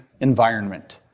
environment